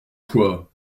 quoi